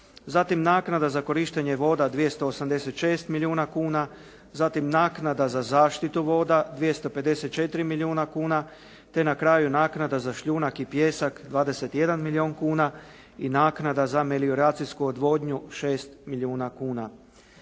naknada za korištenje voda 286 milijuna kuna, zatim naknada za zaštitu voda 254 milijuna kuna, te na kraju naknada za šljunak i pijesak 21 milijun kuna i naknada za melioracijsku odvodnju 6 milijuna kuna.